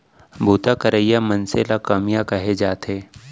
बूता करइया मनसे ल कमियां कहे जाथे